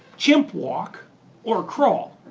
chimp walk or crawl,